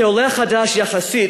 כעולה חדש, יחסית,